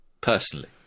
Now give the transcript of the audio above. personally